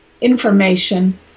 information